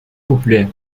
populaire